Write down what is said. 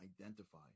identify